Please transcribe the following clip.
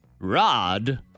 Rod